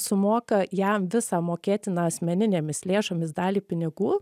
sumoka jam visą mokėtiną asmeninėmis lėšomis dalį pinigų